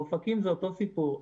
ובאופקים זה אותו סיפור.